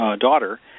daughter